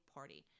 Party